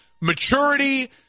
maturity